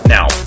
Now